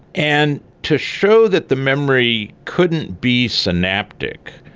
and to show that the memory couldn't be synaptic,